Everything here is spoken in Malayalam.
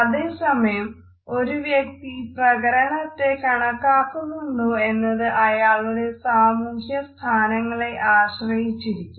അതേസമയം ഒരു വ്യക്തി പ്രകരണത്തെ കണക്കാക്കുന്നുണ്ടോ എന്നത് അയാളുടെ സാമൂഹ്യ സ്ഥാനങ്ങളെ ആശ്രയിച്ചിരിക്കും